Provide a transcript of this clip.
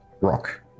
Rock